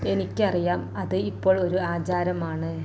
എനിക്കറിയാം അത് ഇപ്പോൾ ഒരു ആചാരമാണ്